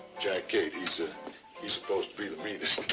jack cade is ah is supposed to be the meanest.